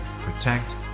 protect